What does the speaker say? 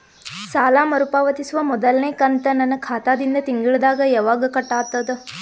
ಸಾಲಾ ಮರು ಪಾವತಿಸುವ ಮೊದಲನೇ ಕಂತ ನನ್ನ ಖಾತಾ ದಿಂದ ತಿಂಗಳದಾಗ ಯವಾಗ ಕಟ್ ಆಗತದ?